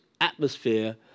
atmosphere